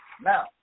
Now